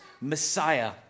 Messiah